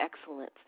excellence